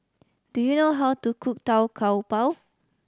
do you know how to cook Tau Kwa Pau